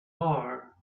are